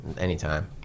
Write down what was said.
anytime